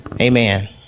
Amen